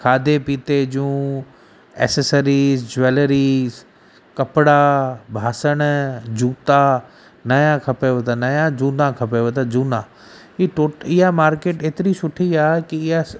खाधे पीते जूं एसेसरीज़ ज्वैलरीज़ कपिड़ा बासण जूता नया खपेव त नया झूना खपेव त झूना ई टो इहा मार्केट एतिरी सुठी आहे की इहा